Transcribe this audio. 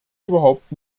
überhaupt